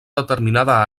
determinada